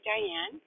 Diane